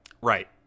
Right